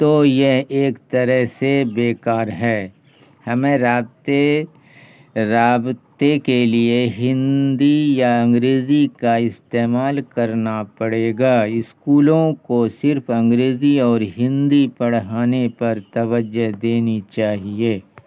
تو یہ ایک طرح سے بے کار ہے ہمیں رابطے رابطے کے لیے ہندی یا انگریزی کا استعمال کرنا پڑے گا اسکولوں کو صرف انگریزی اور ہندی پڑھانے پر توجہ دینی چاہیے